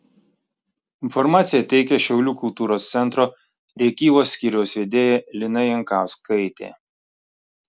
informaciją teikia šiaulių kultūros centro rėkyvos skyriaus vedėja lina jankauskaitė